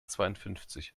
zweiundfünfzig